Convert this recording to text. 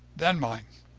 then mine.